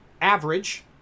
average